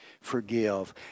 forgive